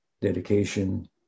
dedication